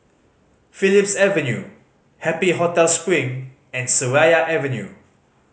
Phillips Avenue Happy Hotel Spring and Seraya Avenue